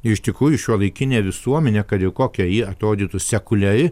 ir iš tikrųjų šiuolaikinė visuomenė kad ir kokia ji atrodytų sekuliari